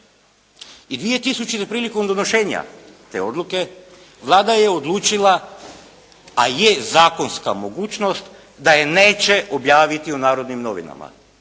I 2000. prilikom donošenja te odluke Vlada je odlučila, a je zakonska mogućnost da je neće objaviti u “Narodnim novinama“.